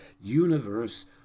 universe